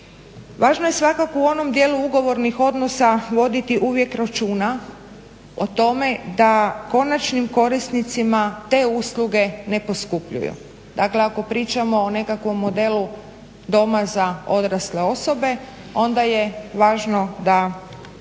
Važno je svakako u onom dijelu ugovornih odnosa voditi uvijek računa o tome da konačnim korisnicima te usluge ne poskupljuju. Dakle, ako pričamo o nekakvom modelu doma za odrasle osobe onda je važno da